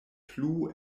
plu